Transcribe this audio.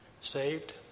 saved